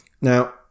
Now